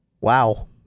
wow